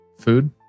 Food